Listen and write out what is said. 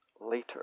later